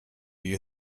you